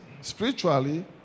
spiritually